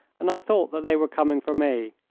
and i thought that they were coming for me.